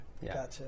Gotcha